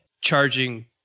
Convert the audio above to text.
charging